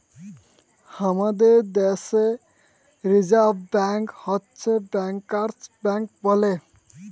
হামাদের দ্যাশে reserve bank হচ্ছ ব্যাংকার্স ব্যাঙ্ক বলে